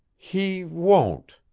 he won't.